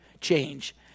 change